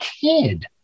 kid